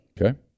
Okay